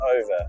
over